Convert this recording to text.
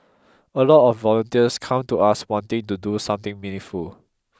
a lot of volunteers come to us wanting to do something meaningful